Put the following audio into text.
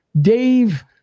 Dave